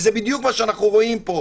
וזה בדיוק מה שאנחנו רואים פה.